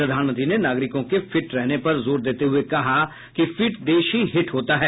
प्रधानमंत्री ने नागरिकों के फिट रहने पर जोर देते हुए कहा कि फिट देश ही हिट होता है